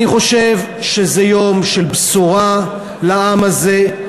אני חושב שזה יום של בשורה לעם הזה.